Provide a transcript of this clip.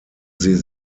sie